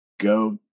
go